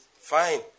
fine